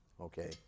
okay